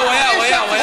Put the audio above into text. לא, הוא היה, הוא היה.